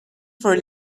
for